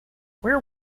where